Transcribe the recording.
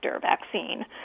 vaccine